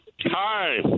Hi